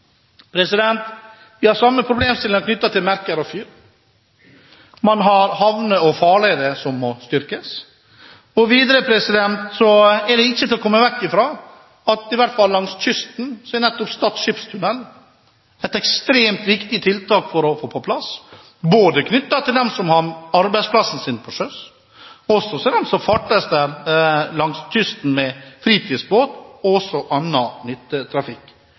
Vi har samme problemstilling knyttet til merker og fyr. Man har havner og farleder som må styrkes. Videre er det ikke til å komme vekk fra at i hvert fall langs kysten er Stad skipstunnel et ekstremt viktig tiltak å få på plass både for dem som har arbeidsplassen sin på sjøen, og også for dem som farter langs kysten med fritidsbåt og også